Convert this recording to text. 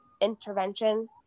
intervention